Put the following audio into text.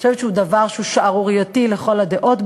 אני חושבת שהוא דבר שערורייתי לכל הדעות,